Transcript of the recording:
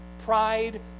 pride